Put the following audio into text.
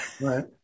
right